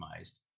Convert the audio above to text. optimized